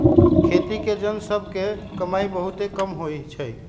खेती के जन सभ के कमाइ बहुते कम होइ छइ